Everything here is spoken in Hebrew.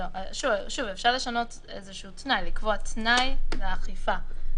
והוא מפר את הדברים האלה בהיבט של מיקום